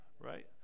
right